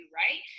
right